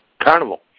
Carnival